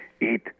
eat